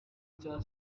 cya